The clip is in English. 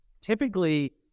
typically